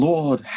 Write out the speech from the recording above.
Lord